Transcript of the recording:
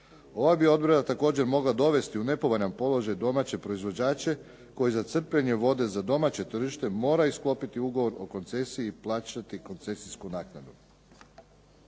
Ova bi odredba također mogla dovesti u nepovoljan položaj domaće proizvođače koji za crpljenje vode za domaće tržište moraju sklopiti ugovor o koncesiji i plaćati koncesijsku naknadu.